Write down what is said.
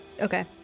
Okay